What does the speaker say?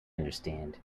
understand